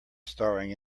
staring